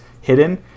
hidden